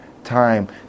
time